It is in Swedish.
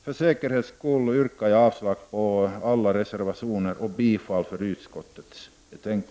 För säkerhets skull yrkar jag avslag på alla reservationer och bifall till utskottets hemställan.